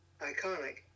iconic